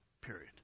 period